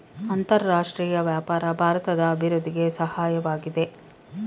ಅಂತರರಾಷ್ಟ್ರೀಯ ವ್ಯಾಪಾರ ಭಾರತದ ಅಭಿವೃದ್ಧಿಗೆ ಸಹಾಯವಾಗಿದೆ